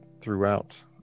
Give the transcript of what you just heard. throughout